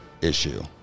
issue